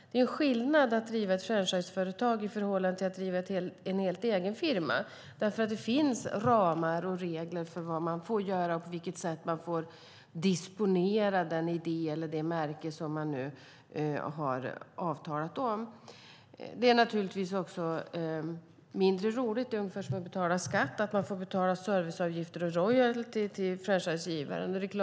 Det är skillnad att driva ett franchiseföretag i förhållande till att driva en helt egen firma, eftersom det finns ramar och regler för vad man får göra och på vilket sätt man får disponera den idé eller det märke som man har avtalat om. Det är naturligtvis också mindre roligt - ungefär som att betala skatt - att man får betala serviceavgifter och royalty till franchisegivaren.